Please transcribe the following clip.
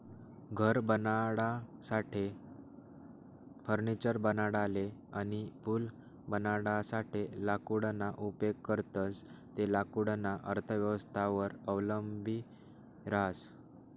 घर बनाडासाठे, फर्निचर बनाडाले अनी पूल बनाडासाठे लाकूडना उपेग करतंस ते लाकूडना अर्थव्यवस्थावर अवलंबी रहास